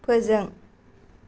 फोजों